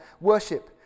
worship